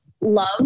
love